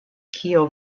kio